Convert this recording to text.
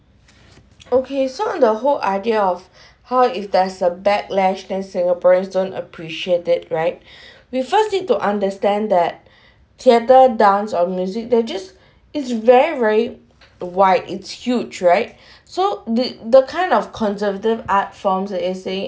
okay so in the whole idea of how if there's a backlash then singaporeans don't appreciate it right we first need to understand that theatre dance on music there just is very very wide it's huge right so th~ the kind of conservative art forms it is sayi~